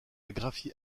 graphie